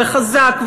וחזק,